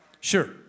Sure